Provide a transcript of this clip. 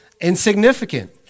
insignificant